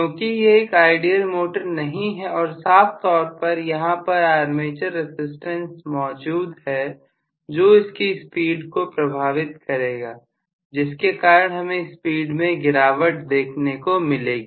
क्योंकि यह एक आइडियल मोटर नहीं है और साफ तौर पर यहां पर आर्मेचर रसिस्टेंस मौजूद है जो इसकी स्पीड को प्रभावित करेगा जिसके कारण हमें स्पीड में गिरावट देखने को मिलेगी